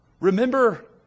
Remember